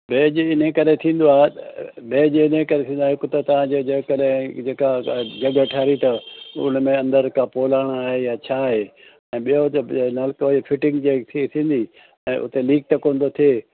बेज इन करे थींदो आहे बेज इन करे थींदो आहे हिकु त तव्हांजे जेकॾहिं जेका ठाहिराई अथव उन में अंदर का पोलाण आहे यां छा आहे ऐं ॿियो त नल्को यी फिटिंग जें थी थींदी ऐं उते लीक त कोन थो थिए